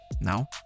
Now